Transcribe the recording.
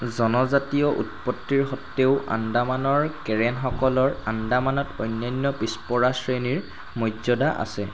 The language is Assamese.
জনজাতীয় উৎপত্তিৰ সত্ত্বেও আন্দামানৰ কেৰেনসকলৰ আন্দামানত অন্যান্য পিছপৰা শ্ৰেণীৰ মৰ্যদা আছে